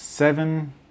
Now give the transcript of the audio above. Seven